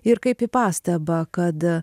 ir kaip į pastabą kad